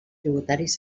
tributaris